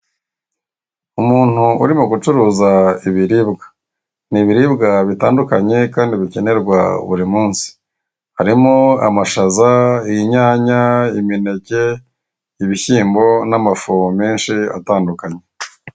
Umuntu urimo gucuruza ibiribwa. Ni ibiribwa bitandukanye kandi bikenerwa buri munsi, harimo amashaza, inyanya, imineke, ibishyimbo n'amafu menshi atandukanye.